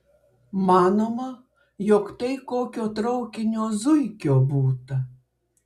manoma jog tai kokio traukinio zuikio būta